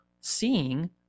seeing